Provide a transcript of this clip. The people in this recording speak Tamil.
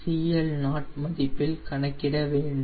எனவே முதலில் நாம் CL0 இன் மதிப்பை கணக்கிடவேண்டும்